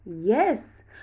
Yes